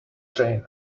train